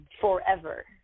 forever